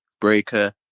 Breaker